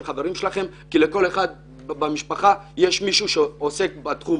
החברים שלכם כי לכל אחד במשפחה יש מישהו שעוסק בתחום